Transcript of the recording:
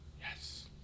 yes